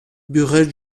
burrell